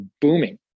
booming